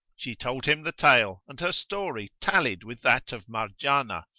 she told him the tale and her story tallied with that of marjanah,